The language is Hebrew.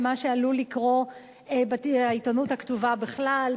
למה שעלול לקרות בעיתונות הכתובה בכלל,